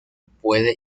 puede